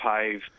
pave